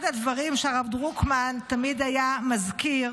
אחד הדברים שהרב דרוקמן תמיד היה מזכיר